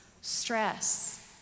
stress